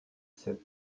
sept